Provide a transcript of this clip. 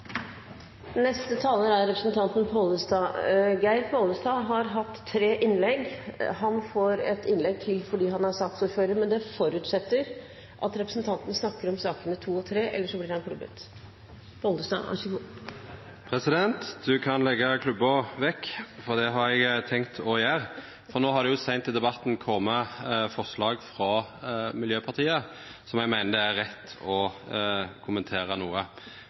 Neste taler er representanten Geir Pollestad. Pollestad har hatt tre innlegg. Han får et innlegg til fordi han er saksordfører, men det forutsettes at representanten snakker om sakene 2 og 3, ellers blir han klubbet. Presidenten kan leggja klubba vekk, for det har eg tenkt å gjera! No har det seint i debatten kome forslag frå Miljøpartiet Dei Grøne, som eg meiner det er rett å